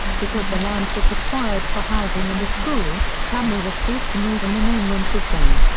because the land was required for housing and a school, tranmere were forced to move and the name went with them.